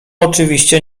oczywiście